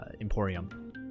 Emporium